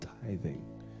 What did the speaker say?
tithing